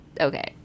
okay